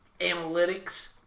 analytics